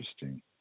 interesting